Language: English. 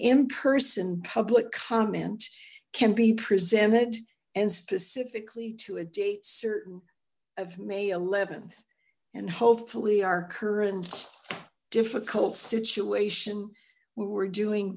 in person public comment can be presented and specifically to a date certain of may th and hopefully our current difficult situation we were doing